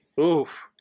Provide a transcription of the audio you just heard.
Oof